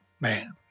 man